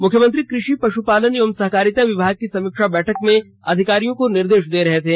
मुख्यमंत्री कृषि पश्पालन एवं सहकारिता विभाग की समीक्षा बैठक में अधिकारियों को निर्देश दे रहे थे